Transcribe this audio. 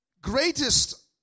greatest